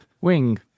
wing